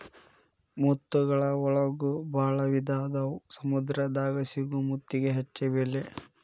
ಮುತ್ತುಗಳ ಒಳಗು ಭಾಳ ವಿಧಾ ಅದಾವ ಸಮುದ್ರ ದಾಗ ಸಿಗು ಮುತ್ತಿಗೆ ಹೆಚ್ಚ ಬೆಲಿ